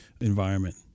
environment